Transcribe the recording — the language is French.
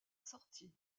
sortie